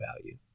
value